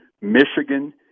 Michigan